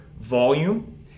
volume